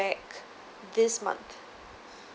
back this month